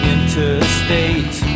Interstate